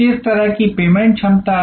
किस तरह की पेमेंट क्षमता है